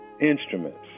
instruments